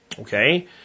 okay